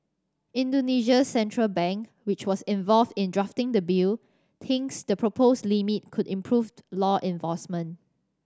Indonesia's central bank which was involved in drafting the bill thinks the proposed limit could improved law enforcement